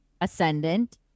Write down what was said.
ascendant